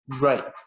Right